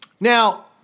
Now